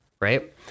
Right